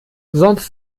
sonst